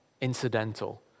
incidental